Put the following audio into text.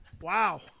Wow